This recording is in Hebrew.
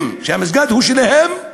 שהמסגד הוא שלהם,